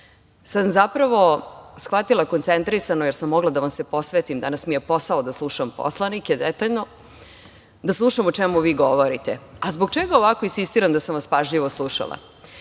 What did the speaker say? sam zapravo shvatila, koncentrisano jer sam mogla da vam se posvetim, danas mi je posao da slušam poslanike detaljno, da slušam o čemu vi govorite. Zbog čega ovako insistiram da sam vas pažljivo slušala?